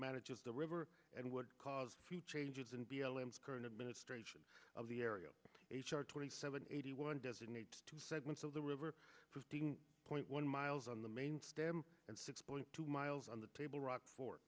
manages the river and would cause changes in b l m current administration of the area h r twenty seven eighty one designates two segments of the river fifteen point one miles on the main stem and six point two miles on the table rock for